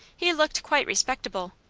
he looked quite respectable.